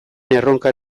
erronka